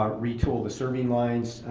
um retool the serving lines,